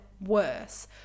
worse